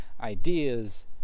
ideas